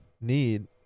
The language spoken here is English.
need